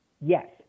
Yes